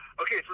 Okay